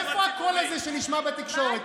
איפה הקול הזה נשמע בתקשורת?